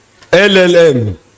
LLM